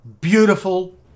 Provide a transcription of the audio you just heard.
beautiful